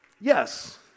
Yes